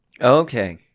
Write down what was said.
Okay